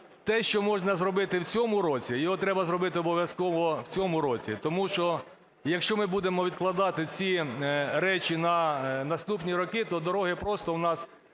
те, що можна зробити в цьому році, його треба зробити обов'язково в цьому році. Тому що, якщо ми будемо відкладати ці речі на наступні роки, то дороги просто у нас